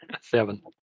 seven